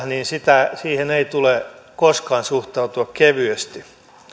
niin siihen ei tule koskaan suhtautua kevyesti